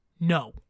No